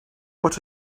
what